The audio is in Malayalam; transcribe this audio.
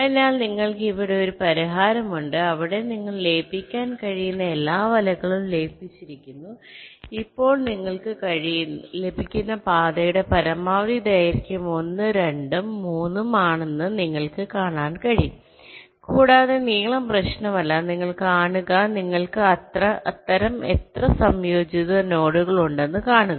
അതിനാൽ നിങ്ങൾക്ക് ഇവിടെ ഒരു പരിഹാരമുണ്ട് അവിടെ നിങ്ങൾ ലയിപ്പിക്കാൻ കഴിയുന്ന എല്ലാ വലകളും ലയിപ്പിച്ചിരിക്കുന്നു ഇപ്പോൾ നിങ്ങൾക്ക് ലഭിക്കുന്ന പാതയുടെ പരമാവധി ദൈർഘ്യം 1 2 ഉം 3 ഉം ആണെന്ന് നിങ്ങൾക്ക് കാണാൻ കഴിയും കൂടാതെ നീളം പ്രശ്നമല്ല നിങ്ങൾ കാണുക നിങ്ങൾക്ക് അത്തരം എത്ര സംയോജിത നോഡുകൾ ഉണ്ടെന്ന് കാണുക